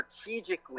strategically